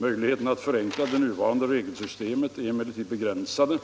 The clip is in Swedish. Möjligheterna att förenkla det nuvarande regelsystemet är emellertid begränsade,